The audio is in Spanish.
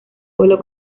pueblo